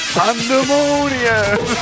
pandemonium